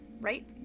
right